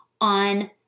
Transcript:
on